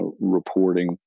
reporting